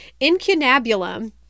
incunabulum